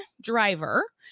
driver